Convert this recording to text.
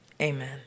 Amen